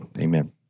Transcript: Amen